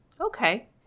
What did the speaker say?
Okay